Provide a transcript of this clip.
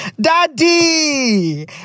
Daddy